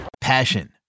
passion